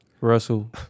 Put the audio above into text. Russell